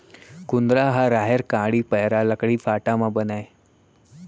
कुंदरा ह राहेर कांड़ी, पैरा, लकड़ी फाटा म बनय